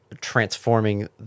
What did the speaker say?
transforming